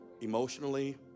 emotionally